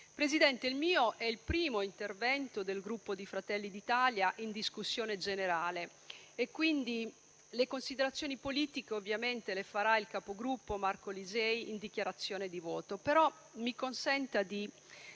Presidente, il mio è il primo intervento del Gruppo Fratelli d'Italia in discussione generale. Le considerazioni politiche ovviamente le farà il capogruppo Marco Lisei in dichiarazione di voto. Però mi consenta di